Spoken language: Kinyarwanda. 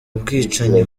ubwicanyi